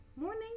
Morning